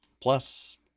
Plus